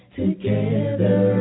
together